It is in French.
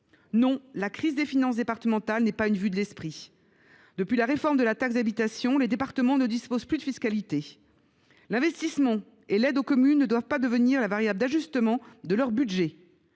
la crise des finances départementales n’est pas une vue de l’esprit. Depuis la réforme de la taxe d’habitation, les départements ne disposent plus de levier en matière de fiscalité. L’investissement et l’aide aux communes ne doivent pas devenir la variable d’ajustement de leurs budgets.